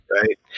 right